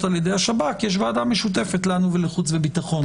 ע"י השב"כ זה ידון בוועדה משותפת לנו ולחוץ וביטחון